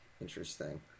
Interesting